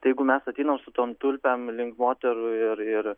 tai jeigu mes ateinam su tom tulpėm link moterų ir ir